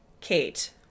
Kate